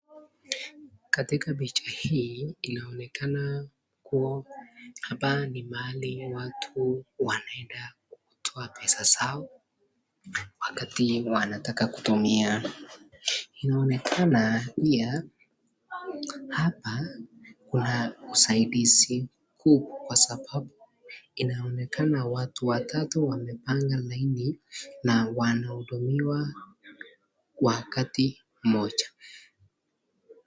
Katika picha hii inaonekana kuwa hapa ni mahali watu wanaenda kutoa pesa zao wakati wanataka kutumia inaonekana pia hapa Kuna usaidizi kuu Kwa sababu inaonekana watu watatu wanapanga laini na wanahudumiwa wakati moja.